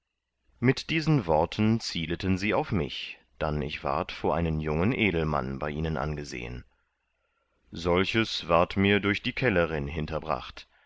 mit diesen worten zieleten sie auf mich dann ich ward vor einen jungen edelmann bei ihnen angesehen solches ward mir durch die kellerin hinterbracht